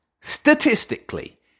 statistically